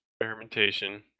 Experimentation